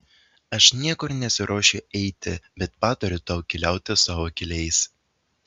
aš niekur nesiruošiu eiti bet patariu tau keliauti savo keliais